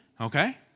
okay